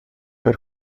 per